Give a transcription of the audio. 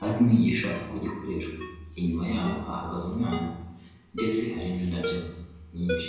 ari kumwigisha uko gikoreshwa, inyuma ye hahagaze umwana ndetse hari n'indabyo nyinshi.